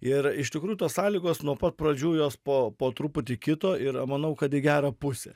ir iš tikrųjų tos sąlygos nuo pat pradžių jos po po truputį kito ir manau kad į gerą pusę